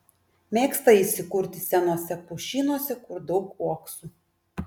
mėgsta įsikurti senuose pušynuose kur daug uoksų